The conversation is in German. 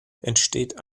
entsteht